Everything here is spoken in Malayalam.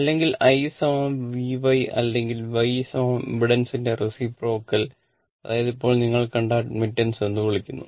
അല്ലെങ്കിൽ I YV അല്ലെങ്കിൽ Y ഇംപെഡൻസിന്റെ റേസിപ്രോക്കൽ എന്ന് വിളിക്കുന്നു